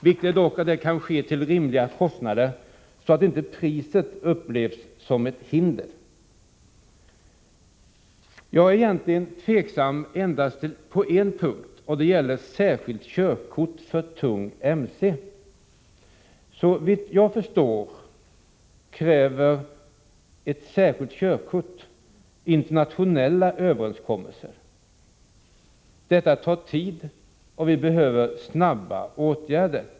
Viktigt är dock att det kan ske till rimliga kostnader, så att inte priset upplevs som ett hinder. Jag är egentligen tveksam endast på en punkt. Det gäller ett särskilt körkort för tung mc. Såvitt jag förstår kräver införandet av ett särskilt körkort internationella överenskommelser. Det tar tid, och vi behöver snara åtgärder.